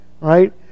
Right